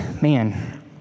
man